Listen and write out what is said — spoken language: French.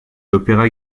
l’opéra